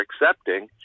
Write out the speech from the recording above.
accepting